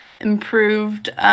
improved